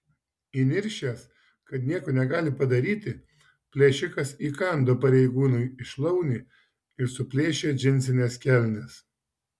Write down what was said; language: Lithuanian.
įniršęs kad nieko negali padaryti plėšikas įkando pareigūnui į šlaunį ir suplėšė džinsines kelnes